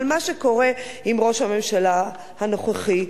אבל מה שקורה עם ראש הממשלה הנוכחי,